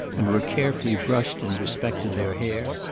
and were carefully brushed in respect to their hair.